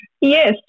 Yes